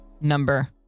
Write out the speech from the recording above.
number